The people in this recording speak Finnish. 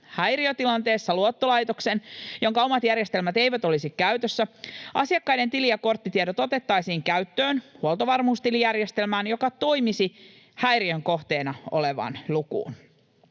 Häiriötilanteessa luottolaitoksen, jonka omat järjestelmät eivät olisi käytössä, asiakkaiden tili- ja korttitiedot otettaisiin käyttöön huoltovarmuustilijärjestelmään, joka toimisi häiriön kohteena olevan lukuun.